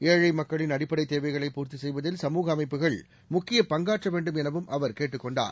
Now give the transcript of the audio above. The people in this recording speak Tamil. ஏழை மக்களின் அடிப்படை தேவைகளை பூர்த்தி செய்வதில் சமூக அமைப்புகள் முக்கிய பங்காற்ற வேண்டும் எனவும் அவர் கேட்டுக் கொண்டார்